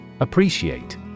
Appreciate